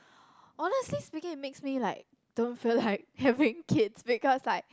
honestly speaking it makes me like don't feel like having kids because like